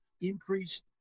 increased